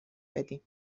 بدیم